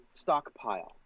stockpile